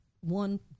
one